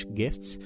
gifts